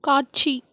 காட்சி